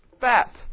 fat